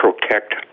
protect